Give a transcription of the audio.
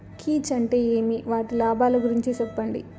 కీచ్ అంటే ఏమి? వాటి లాభాలు గురించి సెప్పండి?